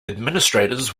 administrators